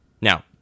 Now